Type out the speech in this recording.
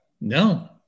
No